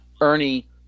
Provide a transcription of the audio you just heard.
ernie